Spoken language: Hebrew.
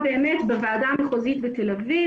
בוועדה המחוזית בתל אביב,